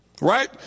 Right